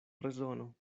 rezono